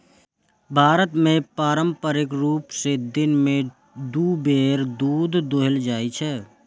भारत मे पारंपरिक रूप सं दिन मे दू बेर दूध दुहल जाइ छै